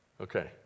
Okay